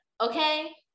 okay